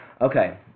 Okay